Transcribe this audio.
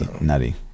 nutty